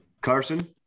Carson